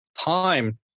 time